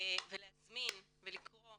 ולהזמין ולקרוא